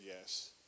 yes